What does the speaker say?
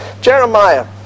Jeremiah